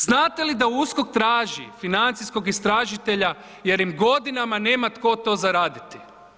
Znate li da USKOK traži financijskog istražitelja jer im godinama nema tko to zaraditi?